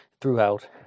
throughout